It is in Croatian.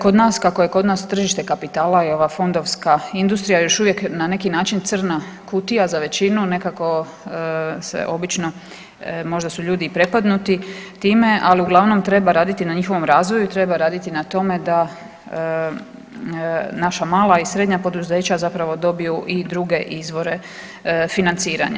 Kako je kod nas tržište kapitala i ova fondovska industrija još uvijek na način crna kutija za većinu nekako se obično, možda su ljudi i prepadnuti time, ali uglavnom treba raditi na njihovom razvoju i treba raditi na tome da naša mala i srednja poduzeća zapravo dobiju i druge izvore financiranja.